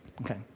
Okay